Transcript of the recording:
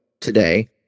today